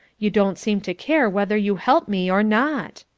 you don't seem to care whether you help me or not.